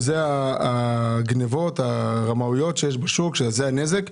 נאמר שזה סך הגנבות והרמאויות שיש בשוק בתחום הזה.